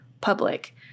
public